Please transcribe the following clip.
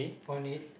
on it